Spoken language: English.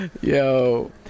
Yo